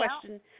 question